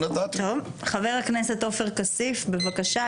חבר הכנסת עופר כסיף, בבקשה.